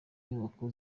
nyubako